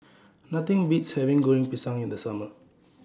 Nothing Beats having Goreng Pisang in The Summer